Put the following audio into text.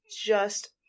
just-